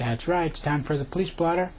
that's right down for the police blotter